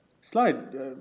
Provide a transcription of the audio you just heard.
Slide